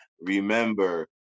Remember